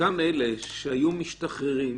אלה שהיו משתחררים,